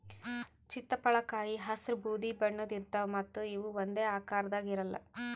ಚಿತ್ತಪಳಕಾಯಿ ಹಸ್ರ್ ಬೂದಿ ಬಣ್ಣದ್ ಇರ್ತವ್ ಮತ್ತ್ ಇವ್ ಒಂದೇ ಆಕಾರದಾಗ್ ಇರಲ್ಲ್